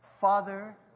Father